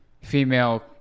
Female